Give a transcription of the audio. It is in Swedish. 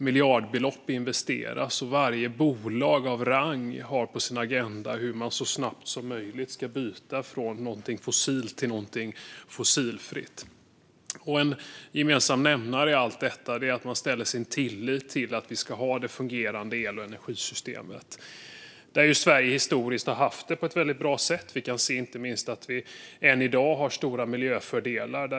Miljardbelopp investeras, och varje bolag av rang har på sin agenda hur man så snabbt som möjligt ska byta från någonting fossilt till någonting fossilfritt. En gemensam nämnare i allt detta är att man sätter sin tillit till att vi ska ha det fungerande el och energisystem där Sverige historiskt sett har haft det väldigt bra. Inte minst kan vi se att vi än i dag har stora miljöfördelar.